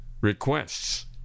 requests